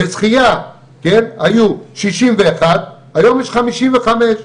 בשחיה היו שישים ואחת, היום יש חמישים וחמש.